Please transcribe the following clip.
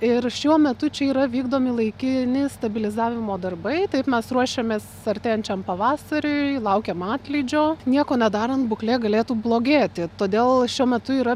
ir šiuo metu čia yra vykdomi laikini stabilizavimo darbai taip mes ruošiamės artėjančiam pavasariui laukiam atlydžio nieko nedarant būklė galėtų blogėti todėl šiuo metu yra